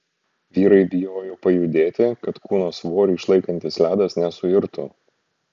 vyrai bijojo pajudėti kad kūno svorį išlaikantis ledas nesuirtų